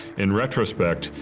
in retrospect,